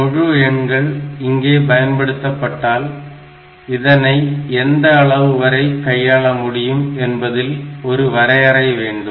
முழு எண்கள் இங்கே பயன்படுத்தப்பட்டால் இதனை எந்த அளவு வரை கையாள முடியும் என்பதில் ஒரு வரையறை வேண்டும்